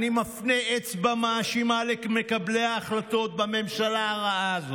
אני מפנה אצבע מאשימה למקבלי ההחלטות בממשלה הרעה הזאת.